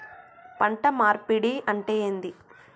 పంట మార్పిడి అంటే ఏంది?